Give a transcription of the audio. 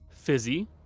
Fizzy